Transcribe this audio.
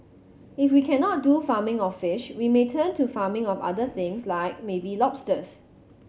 if we cannot do farming of fish we may turn to farming of other things like maybe lobsters